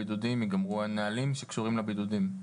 חובות הבידוד ואיתם גם הנהלים שקשורים לחובות הבידוד?